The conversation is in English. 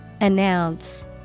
Announce